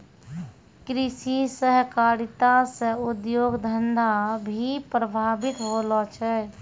कृषि सहकारिता से उद्योग धंधा भी प्रभावित होलो छै